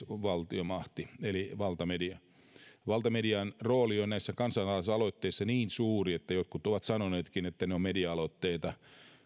on neljäs valtiomahti eli valtamedia valtamedian rooli on näissä kansalaisaloitteissa niin suuri että jotkut ovat sanoneetkin että ne ovat media aloitteita